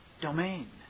domain